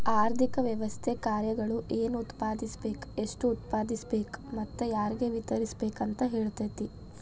ಆರ್ಥಿಕ ವ್ಯವಸ್ಥೆ ಕಾರ್ಯಗಳು ಏನ್ ಉತ್ಪಾದಿಸ್ಬೇಕ್ ಎಷ್ಟು ಉತ್ಪಾದಿಸ್ಬೇಕು ಮತ್ತ ಯಾರ್ಗೆ ವಿತರಿಸ್ಬೇಕ್ ಅಂತ್ ಹೇಳ್ತತಿ